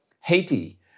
Haiti